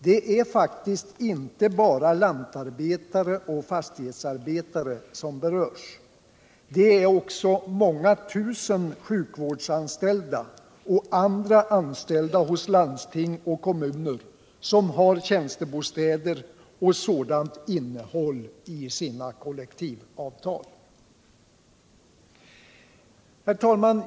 Det är faktiskt inte bara lantarbetare och fastighetsarbetare som berörs — det är också många tusen sjukvårdsanställda och andra anställda hos landsting och kommuner som har tjänstebostäder och sådant innehåll i sina kollektivavtal.